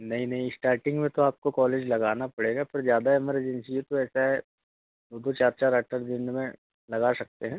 नहीं नहीं इश्टार्टिंग में तो आप को कॉलेज लगाना पड़ेगा पर ज़्यादा एमरजेंसी है तो ऐसा है दो दो चार चार आठ आठ दिन में लगा सकते हैं